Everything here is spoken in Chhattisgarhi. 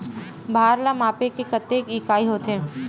भार ला मापे के कतेक इकाई होथे?